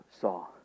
saw